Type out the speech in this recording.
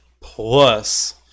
Plus